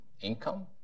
income